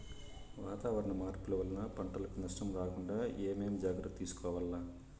వాతావరణ మార్పులు వలన పంటలకు నష్టం రాకుండా ఏమేం జాగ్రత్తలు తీసుకోవల్ల?